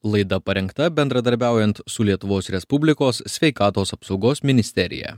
laida parengta bendradarbiaujant su lietuvos respublikos sveikatos apsaugos ministerija